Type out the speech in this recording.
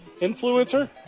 influencer